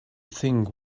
think